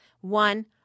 One